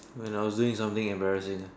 when I was doing something embarrassing